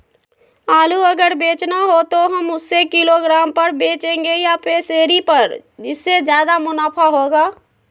आलू अगर बेचना हो तो हम उससे किलोग्राम पर बचेंगे या पसेरी पर जिससे ज्यादा मुनाफा होगा?